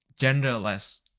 Genderless